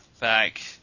back